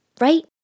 right